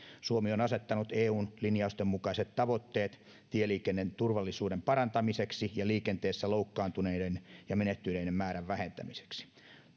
suomi on asettanut eun linjausten mukaiset tavoitteet tieliikenteen turvallisuuden parantamiseksi ja liikenteessä loukkaantuneiden ja menehtyneiden määrän vähentämiseksi